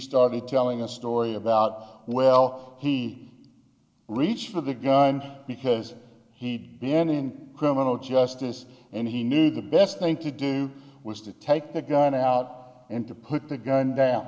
started telling a story about well he reached for the gun because he'd been in criminal justice and he knew the best thing to do was to take the gun out and to put the gun down